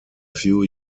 few